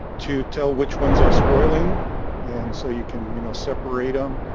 to tell which ones are spoiling and so you can you know separate on